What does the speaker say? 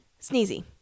Sneezy